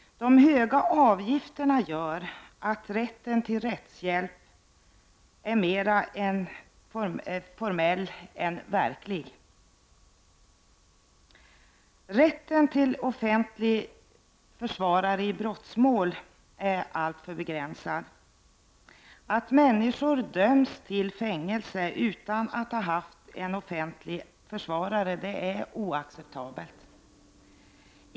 De höga avgifterna gör att rätten till rättshjälp är mer formell än verklig. Rätten till offentlig försvarare i brottmål är alltför begränsad. Att människor döms till fängelse utan att ha en offentlig försvarare är oacceptabelt.